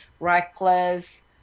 reckless